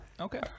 Okay